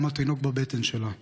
גם התינוק בבטן שלה נהרג.